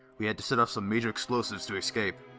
we had to set off some major explosives to escape.